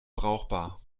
brauchbar